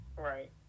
right